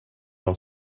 dem